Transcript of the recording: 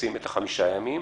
לשים את החמישה ימים.